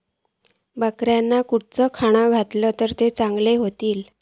बकऱ्यांका खयला खाणा घातला तर चांगल्यो व्हतील?